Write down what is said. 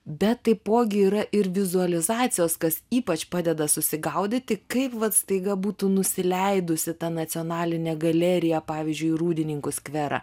bet taipogi yra ir vizualizacijos kas ypač padeda susigaudyti kaip vat staiga būtų nusileidusi tą nacionalinė galerija pavyzdžiui į rūdininkų skverą